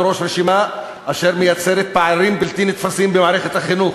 בראש רשימה אשר מייצרת פערים בלתי נתפסים במערכת החינוך,